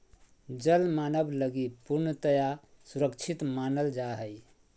जल मानव लगी पूर्णतया सुरक्षित मानल जा हइ